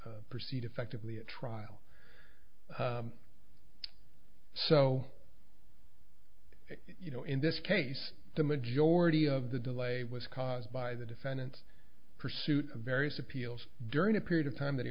proceed effectively at trial so you know in this case the majority of the delay was caused by the defendant's pursuit of various appeals during a period of time that he